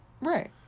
right